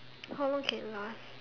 how long can last